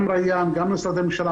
גם משרדי הממשלה,